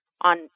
on